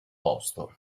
posto